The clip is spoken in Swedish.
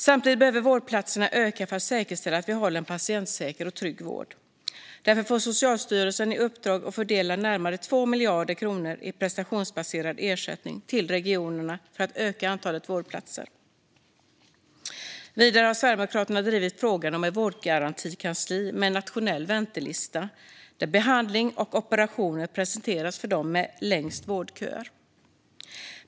Samtidigt behöver antalet vårdplatser öka för att säkerställa att vi håller en patientsäker och trygg vård. Därför får Socialstyrelsen i uppdrag att fördela närmare 2 miljarder kronor i prestationsbaserad ersättning till regionerna för att öka antalet vårdplatser. Vidare har Sverigedemokraterna drivit frågan om ett vårdgarantikansli med en nationell väntelista där behandling och operationer presenteras för dem med längst vårdköer.